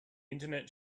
internet